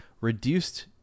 reduced